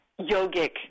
yogic